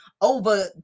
over